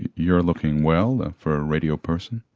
you're looking well for a radio person.